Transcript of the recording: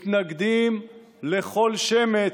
מתנגדים לכל שמץ,